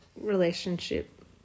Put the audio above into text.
relationship